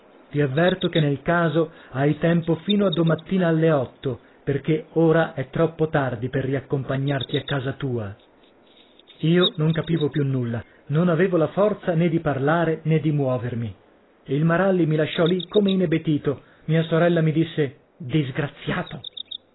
ti avverto che nel caso hai tempo fino a domattina alle otto perché ora è troppo tardi per riaccompagnarti a casa tua io non capivo più nulla non avevo la forza né di parlare né di muovermi il maralli mi lasciò lì come inebetito mia sorella mi disse disgraziato